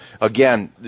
again